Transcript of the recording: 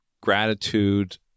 gratitude